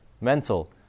Mental